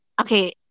okay